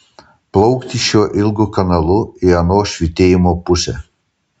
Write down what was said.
plaukti šiuo ilgu kanalu į ano švytėjimo pusę